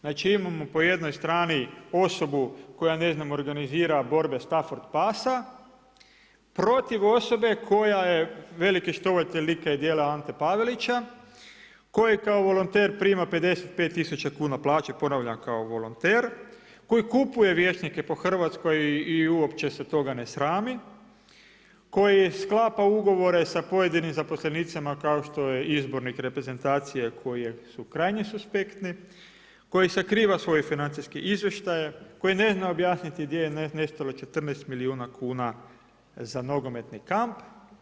Znači imamo po jednoj strani osobu koja ne znam organizira borbe Staford pasa, protiv osobe koja je veliki štovatelj lika i djela Ante Pavelića, koji kao volonter prima 55 tisuća plaće, ponavljam kao volonter, koji kupuje vijećnike po Hrvatskoj i uopće se toga ne srami, koji sklapa ugovore sa pojedinim zaposlenicima kao što je izbornih reprezentacije koji su krajnje suspektni, koji sakriva svoje financijske izvještaje, koji ne zna objasniti gdje je nestalo 14 milijuna kuna za nogometni kamp.